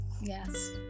Yes